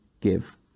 give